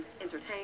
entertain